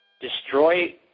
destroy